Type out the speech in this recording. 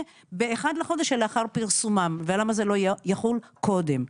ב-1 לחודש לאחר פרסומן ולמה זה לא יחול קודם.